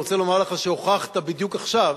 הוכחת בדיוק עכשיו